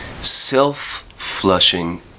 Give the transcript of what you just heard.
Self-flushing